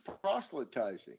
proselytizing